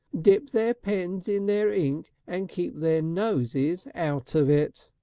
dip their pens in their ink and keep their noses out of it!